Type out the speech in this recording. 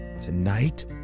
Tonight